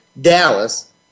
Dallas